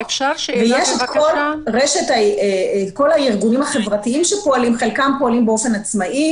כל הארגונים החברתיים שפועלים,